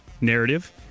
narrative